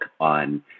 on